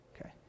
okay